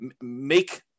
make